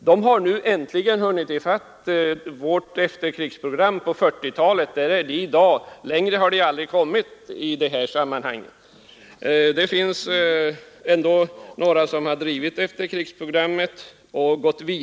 De har nu äntligen hunnit ifatt vårt efterkrigsprogram från 1940-talet.